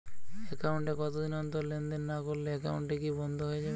Account এ কতদিন অন্তর লেনদেন না করলে একাউন্টটি কি বন্ধ হয়ে যাবে?